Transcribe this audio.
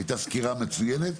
הייתה סקירה מציינת.